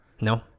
no